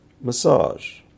massage